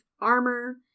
armor